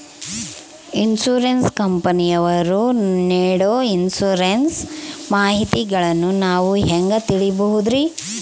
Insurance ಕಂಪನಿಯವರು ನೇಡೊ insurance ಮಾಹಿತಿಗಳನ್ನು ನಾವು ಹೆಂಗ ತಿಳಿಬಹುದ್ರಿ?